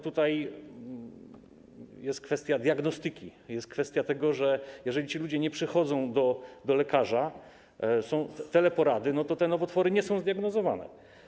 Tutaj jest kwestia diagnostyki, jest kwestia tego, że jeżeli ci ludzie nie przychodzą do lekarza, są teleporady, to te nowotwory nie są zdiagnozowane.